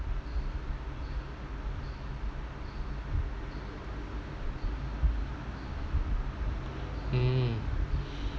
mm